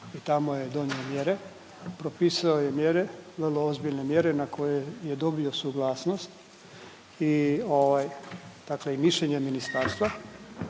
tamo je donio mjere, propisao je mjere, vrlo ozbiljne mjere, na koje je dobio suglasnost i ovaj, dakle i mišljenje ministarstva,